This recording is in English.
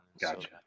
gotcha